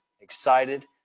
Excited